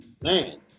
man